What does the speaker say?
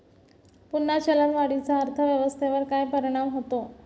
पुन्हा चलनवाढीचा अर्थव्यवस्थेवर काय परिणाम होतो